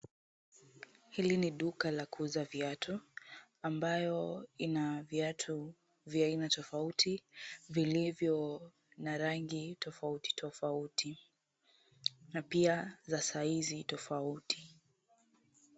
Hili ni duka la kuuza viatu ambayo ina viatu vya aina tofauti vilivyo na rangi tofauti tofauti na pia za size tofauti.